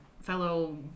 fellow